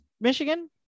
michigan